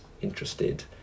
interested